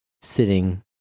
sitting